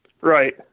Right